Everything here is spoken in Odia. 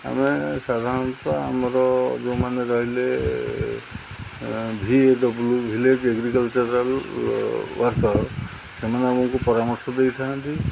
ଆମେ ସାଧାରଣତଃ ଆମର ଯେଉଁମାନେ ରହିଲେ V A W village agricultural worker ସେମାନେ ଆମକୁ ପରାମର୍ଶ ଦେଇଥାନ୍ତି